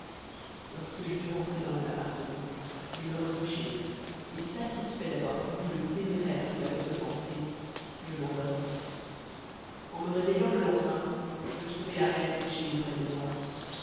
lorsque je fus rentré dans mon appartement je me recouchai et satisfait d'avoir puni le téméraire qui m'avait offensé je m'endormis en me réveillant le lendemain je trouvai la reine couchée auprès de moi